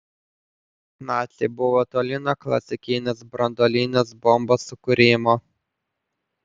naciai buvo toli nuo klasikinės branduolinės bombos sukūrimo